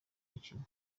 mukino